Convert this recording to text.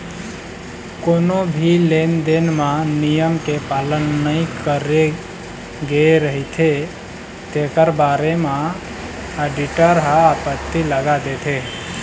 कोनो भी लेन देन म नियम के पालन नइ करे गे रहिथे तेखर बारे म आडिटर ह आपत्ति लगा देथे